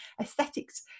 aesthetics